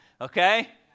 Okay